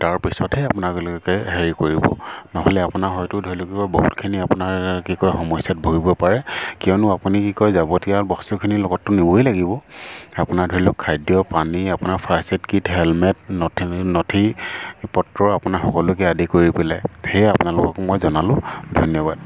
তাৰপিছতহে আপোনালোকে হেৰি কৰিব নহ'লে আপোনাৰ হয়টো ধৰি লওক কি কয় বহুতখিনি আপোনাৰ কি কয় সমস্যাত ভুগিব পাৰে কিয়নো আপুনি কি কয় যাৱতীয় বস্তুখিনি লগততো নিবই লাগিব আপোনাৰ ধৰি লওক খাদ্য পানী আপোনাৰ ফাষ্ট এড কিট হেলমেট নথি নথি পত্ৰ আপোনাৰ সকলোকে আদি কৰি পেলাই সেয়াই আপোনালোককো মই জনালোঁ ধন্যবাদ